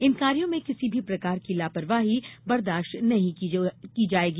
इन कार्यों में किसी भी प्रकार की लापरवाही बर्दाश्त नहीं होगी